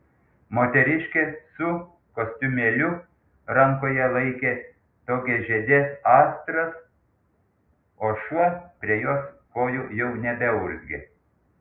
moteriškė su kostiumėliu rankoje laikė daugiažiedes astras o šuo prie jos kojų jau nebeurzgė